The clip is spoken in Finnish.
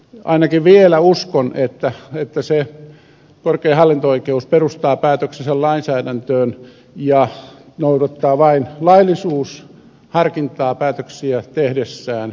ainakin vielä uskon että korkein hallinto oikeus perustaa päätöksensä lainsäädäntöön ja noudattaa vain laillisuusharkintaa päätöksiä tehdessään